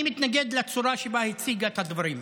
מתנגד לצורה שבה הציגו את הדברים.